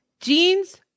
Jeans